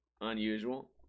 unusual